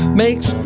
makes